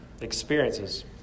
experiences